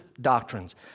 doctrines